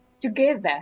together